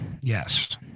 Yes